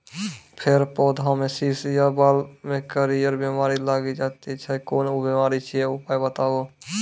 फेर पौधामें शीश या बाल मे करियर बिमारी लागि जाति छै कून बिमारी छियै, उपाय बताऊ?